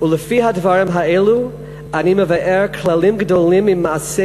"ולפי הדברים האלו אני מבאר כללים גדולים ממעשה